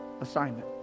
assignment